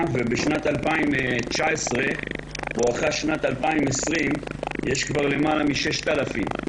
ובשנת 2019 בואכה שנת 2020 היו כבר יותר מ-6,000.